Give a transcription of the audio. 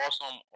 awesome